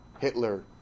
Hitler